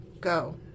Go